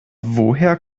woher